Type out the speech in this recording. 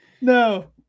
No